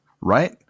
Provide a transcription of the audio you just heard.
Right